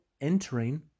entering